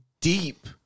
deep